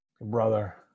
brother